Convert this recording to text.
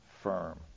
firm